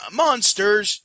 monsters